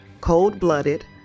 Cold-Blooded